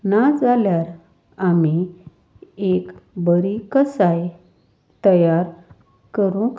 ना जाल्यार आमी एक बरी कसाय तयार करूंक